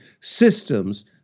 systems